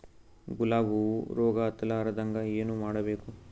ಗುಲಾಬ್ ಹೂವು ರೋಗ ಹತ್ತಲಾರದಂಗ ಏನು ಮಾಡಬೇಕು?